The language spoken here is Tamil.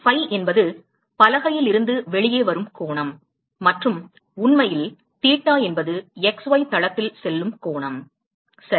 phi என்பது பலகையில் இருந்து வெளியே வரும் கோணம் மற்றும் உண்மையில் தீட்டா என்பது x y தளத்தில் செல்லும் கோணம் சரி